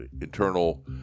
internal